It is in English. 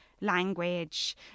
language